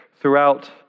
throughout